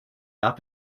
that